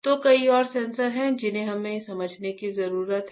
तो कई और सेंसर हैं जिन्हें हमें समझने की जरूरत है